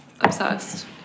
Obsessed